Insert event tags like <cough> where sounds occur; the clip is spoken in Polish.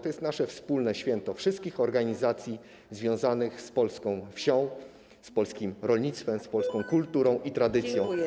To jest nasze wspólne święto, wszystkich organizacji związanych z polską wsią, z polskim rolnictwem, z polską <noise> kulturą i tradycją.